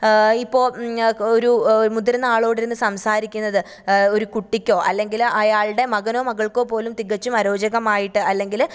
ഇപ്പോൾ ഒരു മുതിര്ന്ന ആളോട് ഇരുന്ന് സംസാരിക്കുന്നത് ഒരു കുട്ടിക്കോ അല്ലെങ്കിൽ അയാളുടെ മകനോ മകള്ക്കോ പോലും തികച്ചും അരോചകമായിട്ട് അല്ലെങ്കിൽ